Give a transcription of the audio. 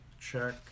check